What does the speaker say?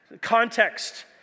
context